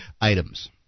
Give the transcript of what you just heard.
items